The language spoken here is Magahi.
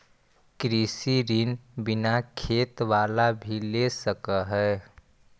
कृषि ऋण बिना खेत बाला भी ले सक है?